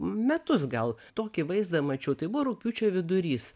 metus gal tokį vaizdą mačiau tai buvo rugpjūčio vidurys